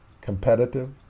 competitive